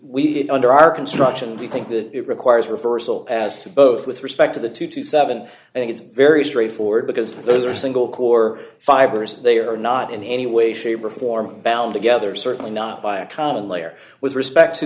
did under our construction be think that it requires reversal as to both with respect to the two dollars to seven dollars i think it's very straightforward because those are single core fibers they are not in any way shape or form bound together certainly not by a common layer with respect to